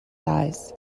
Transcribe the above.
size